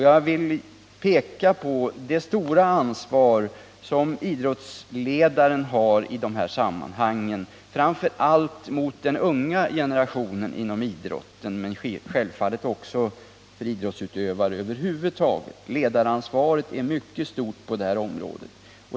Jag vill peka på det stora ansvar som idrottsledarna har i detta sammanhang, framför allt gentemot den unga generationen inom idrotten, men självfallet också gentemot idrottsutövare över huvud taget. Ledaransvaret är mycket stort på detta område.